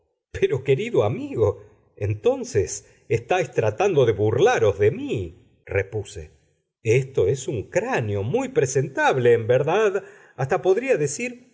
pero querido amigo entonces estáis tratando de burlaros de mí repuse esto es un cráneo muy presentable en verdad hasta podría decir